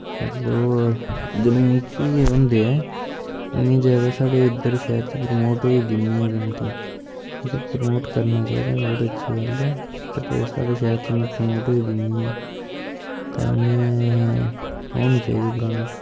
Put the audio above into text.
जम्मू च बी होंदे ऐं इन्ना जादा शैह्र च परमोट होई दी नी ऐ पेंटिंग उसी परमोट करना चाही दा ओह्दे च एह् गल्ल ऐ ते शैह्र च साढ़ै इन्नी परमोट होऐ दी नी ऐ तांईयैं होनीं चाही दी परमोट